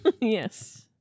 Yes